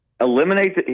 eliminate